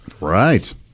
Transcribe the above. Right